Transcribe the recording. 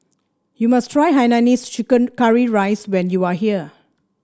you must try Hainanese Chicken Curry Rice when you are here